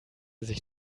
sich